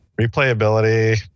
replayability